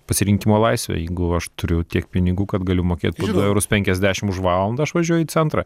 pasirinkimo laisvę jeigu aš turiu tiek pinigų kad galiu mokėt du eurus penkiasdešimt už valandą aš važiuoju į centrą